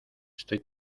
estoy